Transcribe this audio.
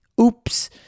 Oops